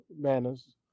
manners